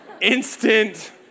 instant